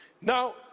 Now